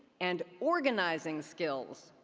and organizing skills.